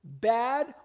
bad